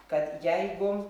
kad jeigu